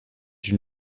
une